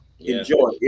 Enjoy